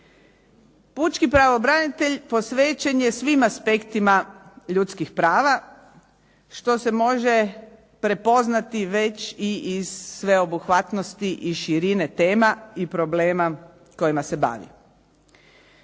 Pučki pravobranitelj posvećen je svim aspektima ljudskih prava, što se može prepoznati već i iz sveobuhvatnosti i širene tema i problema kojima se bavi.